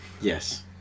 Yes